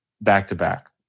Back-to-back